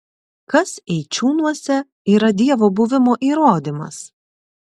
kas eičiūnuose yra dievo buvimo įrodymas